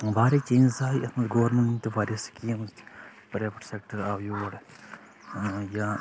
واریاہ چینٛجِز آیہِ یَتھ منٛز گورمینٹَن تہِ واریاہ سِکیٖمٕز تہِ واریاہ بوٚڈ سٮ۪کٹر آو یور یا